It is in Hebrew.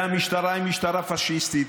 והמשטרה היא משטרה פאשיסטית,